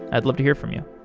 i'd love to hear from you.